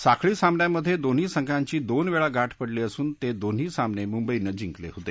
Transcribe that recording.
साखळी सामन्यांमधे दोन्ही संघांची दोन वेळा गाठ पडली असून ते दोन्ही सामने मुंबईनं जिंकले होते